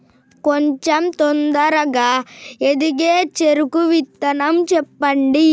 కొంచం తొందరగా ఎదిగే చెరుకు విత్తనం చెప్పండి?